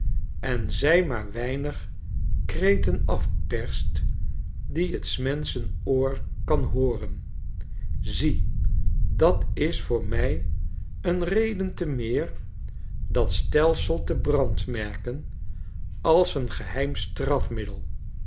en zij maar weinig kreten afperst die t s menschen oor kan hooren zie dat is voor mij een reden te meer dat stelsel te brand merk en als een geheim strafmiddel